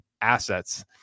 assets